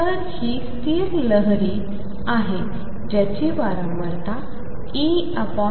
तर ही स्थिर लहरी आहे ज्याची वारंवारता E